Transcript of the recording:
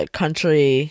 country